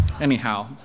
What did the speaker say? anyhow